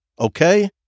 okay